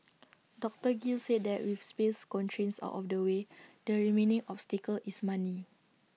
doctor gill said that with space constraints out of the way the remaining obstacle is money